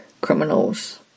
criminals